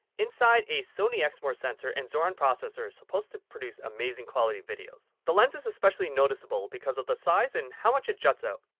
inside a sony exmor sensor and zoran processor is supposed to produce amazing quality videos. the lenses is especially noticeable because of the size and how much it juts out.